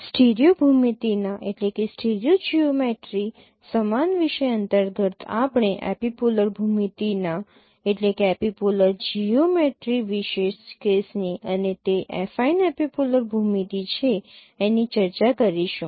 stereo ભૂમિતિ ના સમાન વિષય અંતર્ગત આપણે એપિપોલર ભૂમિતિના વિશેષ કેસની અને તે એફાઇન એપિપોલર ભૂમિતિ છે એની ચર્ચા કરીશું